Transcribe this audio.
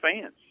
fans